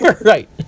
Right